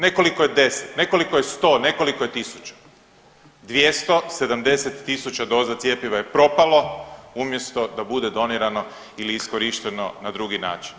Nekoliko je 10, nekoliko je 100, nekoliko je 1000. 270 000 doza cjepiva je propalo umjesto da bude donirano ili iskorišteno na drugi način.